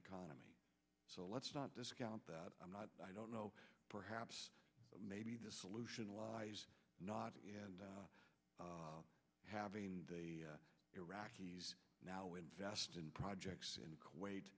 economy so let's not discount that i'm not i don't know perhaps maybe the solution lies not and having the iraqis now invest in projects in kuwait